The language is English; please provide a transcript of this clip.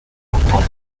popular